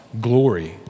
glory